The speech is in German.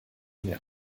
mehr